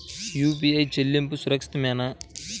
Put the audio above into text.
UPI చెల్లింపు సురక్షితమేనా?